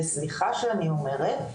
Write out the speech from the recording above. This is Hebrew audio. וסליחה שאני אומרת,